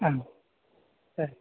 ಹಾಂ ಸರಿ